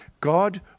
God